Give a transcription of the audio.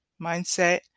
mindset